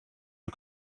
you